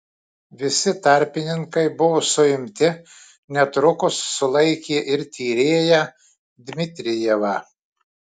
visi tarpininkai buvo suimti netrukus sulaikė ir tyrėją dmitrijevą